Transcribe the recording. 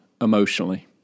emotionally